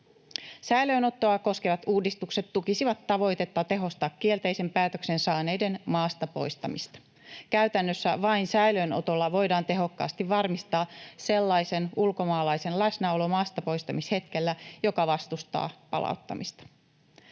Säilöönottoa koskevat uudistukset tukisivat tavoitetta tehostaa kielteisen päätöksen saaneiden maasta poistamista. Käytännössä vain säilöönotolla voidaan maastapoistamishetkellä tehokkaasti varmistaa sellaisen ulkomaalaisen läsnäolo, joka vastustaa palauttamista.